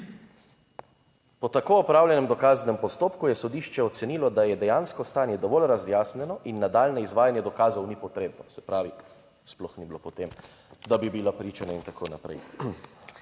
"Po tako opravljenem dokaznem postopku je sodišče ocenilo, da je dejansko stanje dovolj razjasnjeno in nadaljnje izvajanje dokazov ni potrebno." - se pravi, sploh ni bilo potem, da bi bila priča, ne in tako naprej.